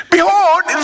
Behold